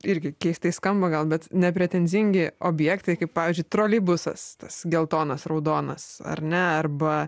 irgi keistai skamba gal bet nepretenzingi objektai kaip pavyzdžiui troleibusas tas geltonas raudonas ar ne arba